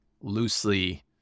loosely